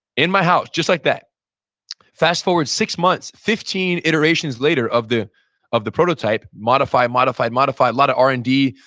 in my house just like that fast forward six months, fifteen iterations later of the of the prototype, modified, modified, modified lot of r and d,